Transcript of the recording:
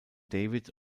david